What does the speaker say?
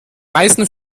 meisten